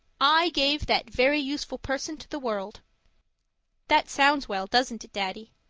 i gave that very useful person to the world that sounds well, doesn't it, daddy?